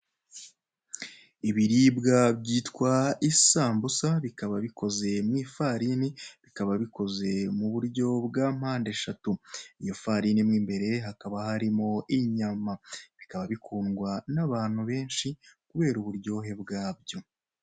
Ibiribwa byitwa isambusa bikaba bikoze mu ifarini, bikaba bikoze mu buryo bwa mpande eshatu, iyo farini mu imbere hakaba harimo inyama, bikaba bikundwa n'abantu benshi kubera uburyohe bwabyo.